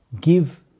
Give